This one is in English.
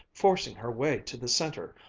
forcing her way to the center,